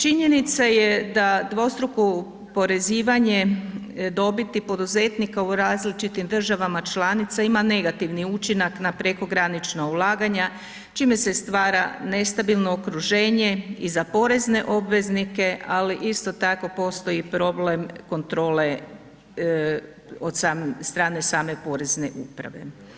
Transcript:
Činjenica je da dvostruko oporezivanje dobiti poduzetnika u različitim državama članica ima negativni učinak na prekogranična ulaganja čime se stvara nestabilno okruženje i za porezne obveznike, ali isto tako postoji problem kontrole od strane same Porezne uprave.